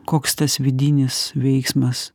koks tas vidinis veiksmas